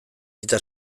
hitzak